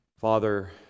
Father